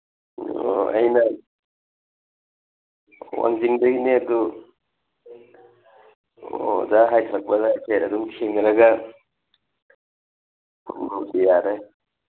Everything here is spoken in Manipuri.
ꯑꯣ ꯑꯩꯅ ꯋꯤꯡꯖꯤꯡꯗꯩꯅꯦ ꯑꯗꯨ ꯑꯣ ꯑꯣꯖꯥ ꯍꯥꯏꯗꯔꯛꯄꯗ ꯍꯥꯏꯐꯦꯠ ꯑꯗꯨꯝ ꯊꯦꯡꯅꯔꯒ ꯎꯝ ꯌꯥꯔꯦ